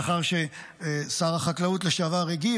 לאחר ששר החקלאות לשעבר הגיב,